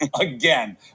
again